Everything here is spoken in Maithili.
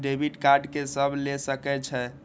डेबिट कार्ड के सब ले सके छै?